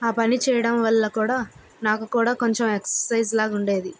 ఆ పని చేయడం వల్ల కూడా నాకు కూడా కొంచెం ఎక్సర్సైజ్ లాగా ఉండేది